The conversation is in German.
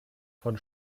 von